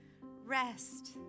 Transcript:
Rest